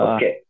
Okay